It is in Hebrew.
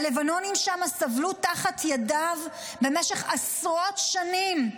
הלבנונים שם סבלו תחת ידיו במשך עשרות שנים,